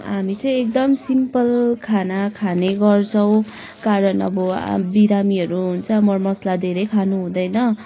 हामी चाहिँ एकदम सिम्पल खाना खाने गर्छौँ कारण अब बिरामीहरू हुन्छ मरमसाला धेरै खानु हुँदैन